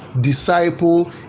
disciple